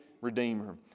Redeemer